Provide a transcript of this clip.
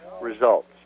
results